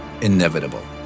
inevitable